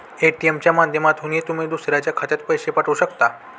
ATM च्या माध्यमातूनही तुम्ही दुसऱ्याच्या खात्यात पैसे पाठवू शकता